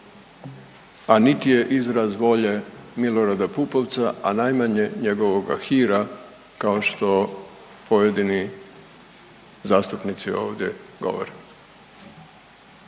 a niti je izraz volje Milorada Pupovca, a najmanje njegovoga hira kao što pojedini zastupnici ovdje govore.